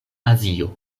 azio